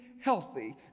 healthy